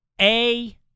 A-